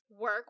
work